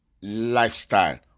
lifestyle